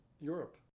Europe